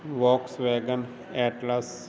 Volkswagen atlas